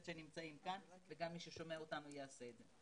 שנמצאים כאן וגם מי ששומע אותנו יעשה זאת.